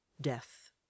Death